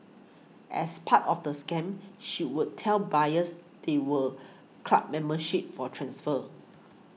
as part of the scam she would tell buyers there were club memberships for transfer